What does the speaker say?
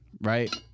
right